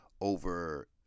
over